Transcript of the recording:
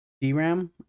DRAM